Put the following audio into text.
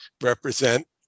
represent